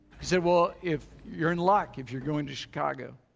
he said well if you're in luck if you're going to chicago.